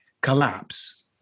collapse